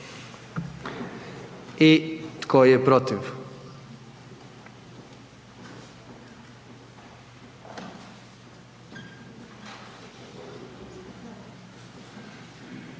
I tko je protiv?